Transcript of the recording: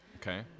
okay